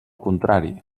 contrari